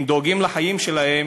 אם דואגים לחיים שלהם,